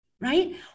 right